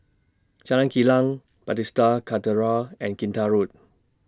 Jalan Kilang Bethesda Cathedral and Kinta Road